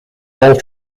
all